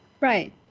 right